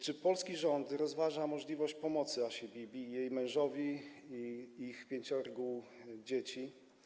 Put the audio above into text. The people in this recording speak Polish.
Czy polski rząd rozważa możliwość pomocy Asi Bibi, jej mężowi i ich pięciorgu dzieci?